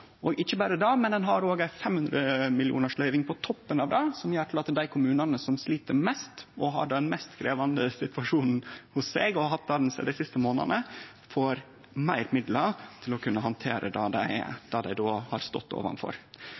Og ikkje berre det: Ein har òg ei 500 mill. kr løyving på toppen, som gjer at dei kommunane som slit mest og har den mest krevjande situasjonen hos seg, og har hatt det dei siste månadene, får meir midlar til å kunne handtere det dei har stått overfor. Det er viktig. Det er òg bra at ein har